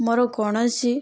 ମୋର କୌଣସି